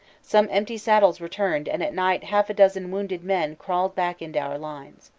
some empty saddl s returned and at night half a dozen wounded men crawled back into our lines.